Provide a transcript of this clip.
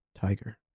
tiger